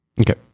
okay